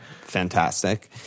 fantastic